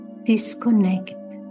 Disconnect